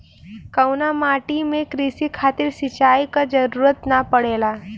कउना माटी में क़ृषि खातिर सिंचाई क जरूरत ना पड़ेला?